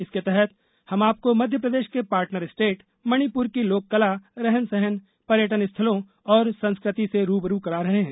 इसके तहत हम आपको मध्यप्रदेश के पार्टनर स्टेट मणिपुर की लोककला रहन सहन पर्यटन स्थलों और संस्कृति से रू ब रू करा रहे हैं